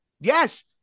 Yes